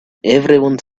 everyone